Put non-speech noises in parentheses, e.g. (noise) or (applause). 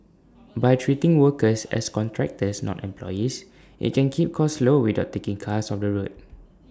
(noise) by treating workers as contractors not employees IT can keep costs low without taking cars off the road